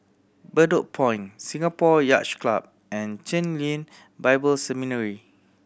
Bedok Point Singapore Yacht Club and Chen Lien Bible Seminary